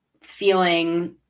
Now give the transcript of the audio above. feeling